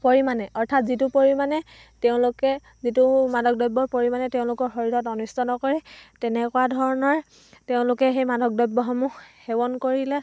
পৰিমাণে অৰ্থাৎ যিটো পৰিমাণে তেওঁলোকে যিটো মাদক দ্ৰব্যৰ পৰিমাণে তেওঁলোকৰ শৰীৰত অনিষ্ট নকৰে তেনেকুৱা ধৰণৰ তেওঁলোকে সেই মাদক দ্ৰব্যসমূহ সেৱন কৰিলে